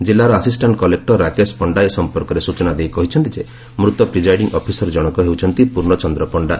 କିଲ୍ଲାର ଆସିଷ୍ଟାଣ୍ଟ୍ କଲେକୁର ରାକେଶ ପଣ୍ଡା ଏ ସମ୍ପର୍କରେ ସୂଚନା ଦେଇ କହିଛନ୍ତି ଯେ ମୂତ ପ୍ରିଜାଇଡିଂ ଅଫିସର ଜଣଙ୍କ ହେଉଛନ୍ତି ପୂର୍୍ଣଚନ୍ଦ୍ର ପଣ୍ଡା